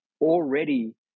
already